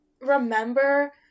remember